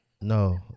No